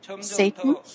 Satan